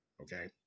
okay